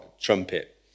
trumpet